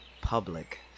public